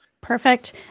perfect